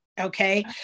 Okay